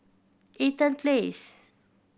Eaton Place